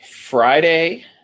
Friday